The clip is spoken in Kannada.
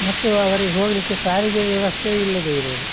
ಮತ್ತು ಅವರಿಗೆ ಹೋಗಲಿಕ್ಕೆ ಸಾರಿಗೆ ವ್ಯವಸ್ಥೆ ಇಲ್ಲದೇ ಇರುವುದು